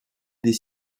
des